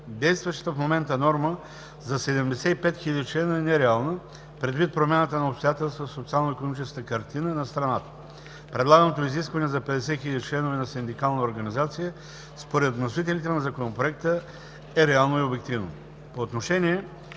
Действащата в момента норма за 75 хиляди члена е нереална, предвид промяната на обстоятелствата в социално-икономическата картина на страната. Предлаганото изискване за 50 хиляди членове на синдикална организация според вносителите на Законопроекта е реално и обективно.